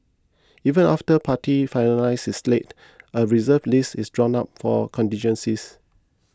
even after party finalises its slate a Reserve List is drawn up for contingencies